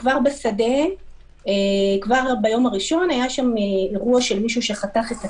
ובשדה כבר ביום הראשון היה שם אירוע של מישהו שחתך את הצמיד.